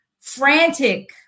frantic